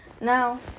Now